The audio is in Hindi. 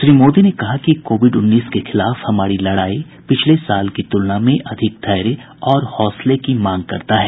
श्री मोदी ने कहा कि कोविड उन्नीस के खिलाफ हमारी यह लड़ाई पिछले साल की तुलना में अधिक धैर्य और हौसले की मांग करता है